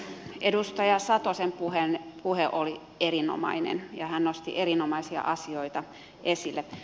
edustaja satosen puhe oli erinomainen ja hän nosti erinomaisia asioita esille